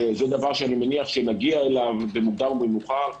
וזה דבר שנגיע אליו במוקדם או במאוחר,